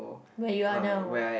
where you are now